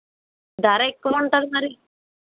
ధర ఎక్కువ ఉంటుంది మరి